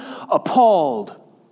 appalled